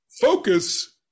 Focus